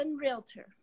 Realtor